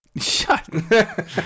Shut